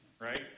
right